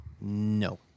No